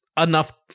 enough